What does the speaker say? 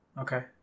okay